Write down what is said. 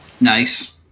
Nice